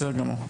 בסדר גמור.